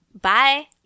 bye